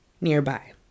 nearby